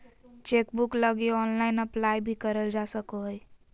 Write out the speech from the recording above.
chequebook लगी online apply भी करल जा सको हइ